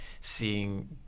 seeing